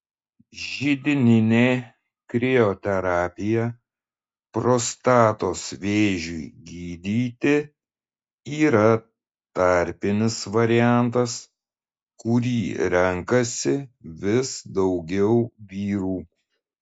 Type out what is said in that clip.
židininė krioterapija prostatos vėžiui gydyti yra tarpinis variantas kurį renkasi vis daugiau vyrų